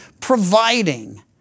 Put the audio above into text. providing